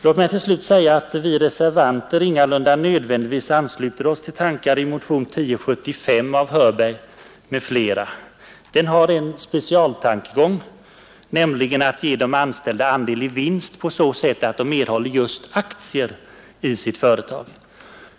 Låt mig till slut säga att vi reservanter ingalunda nödvändigtvis ansluter oss till tankar i motionen 1075 av herr Hörberg m.fl. Den har en specialtankegång, nämligen att ge de anställda andel i vinst på så sätt att de erhåller just aktier i sitt företag.